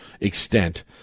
extent